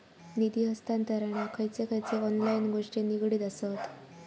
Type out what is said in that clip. निधी हस्तांतरणाक खयचे खयचे ऑनलाइन गोष्टी निगडीत आसत?